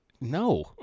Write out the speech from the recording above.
No